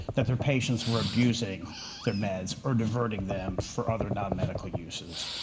that their patients were abusing their meds or diverting them for other non-medical uses.